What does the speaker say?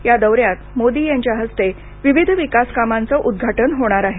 या दौऱ्यात मोदी यांच्या हस्ते विविध विकासकामांचं उद्घाटन होणार आहे